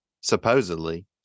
supposedly